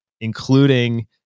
including